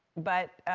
but,